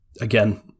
again